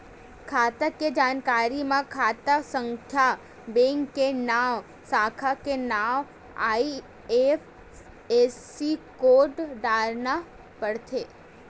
खाता के जानकारी म खाता संख्या, बेंक के नांव, साखा के नांव, आई.एफ.एस.सी कोड डारना परथे